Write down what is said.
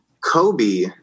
Kobe